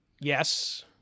Yes